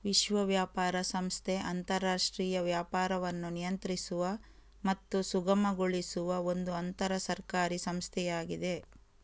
ವಿಶ್ವ ವ್ಯಾಪಾರ ಸಂಸ್ಥೆ ಅಂತರಾಷ್ಟ್ರೀಯ ವ್ಯಾಪಾರವನ್ನು ನಿಯಂತ್ರಿಸುವ ಮತ್ತು ಸುಗಮಗೊಳಿಸುವ ಒಂದು ಅಂತರ ಸರ್ಕಾರಿ ಸಂಸ್ಥೆಯಾಗಿದೆ